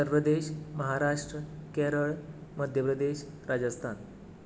Uttar Pradesh Maharashtra Kerala Madhya Pradesh Rajasthan